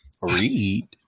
Read